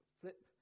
flip